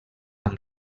amb